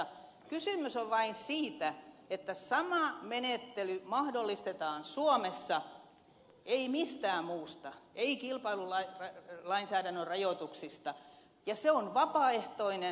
kysymys on vain siitä että sama menettely mahdollistetaan suomessa ei mistään muusta ei kilpailulainsäädännön rajoituksista ja se on vapaaehtoinen